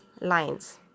lines